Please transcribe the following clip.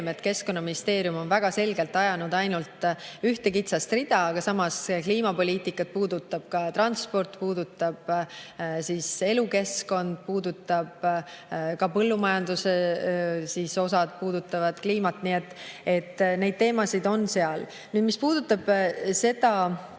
et Keskkonnaministeerium on väga selgelt ajanud ainult ühte kitsast rida, aga samas kliimapoliitikat puudutab ka transport, puudutab elukeskkond, ka põllumajandus puudutab kliimat. Nii et neid teemasid seal on. Mis puudutab seda